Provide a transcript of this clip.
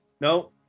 No